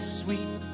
sweet